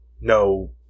no